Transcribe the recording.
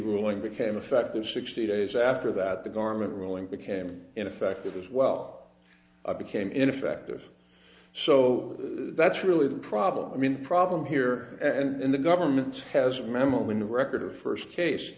ruling became effect their sixty days after that the garment ruling became ineffective as well became ineffective so that's really the problem i mean problem here and the government has a memo in the record of first case